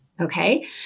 Okay